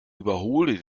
überhole